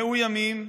מאוימים,